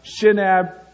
Shinab